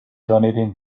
donating